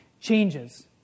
changes